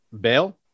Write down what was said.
bail